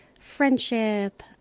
friendship